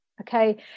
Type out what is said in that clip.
okay